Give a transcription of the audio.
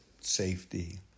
safety